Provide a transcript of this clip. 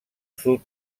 sud